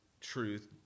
truth